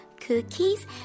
cookies